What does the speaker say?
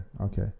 okay